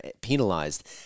penalized